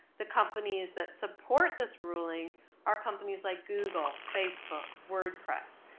the companies that support this ruling are companies like google, facebook, wordpress.